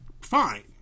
fine